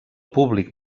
públic